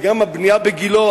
וגם הבנייה בגילה,